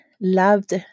loved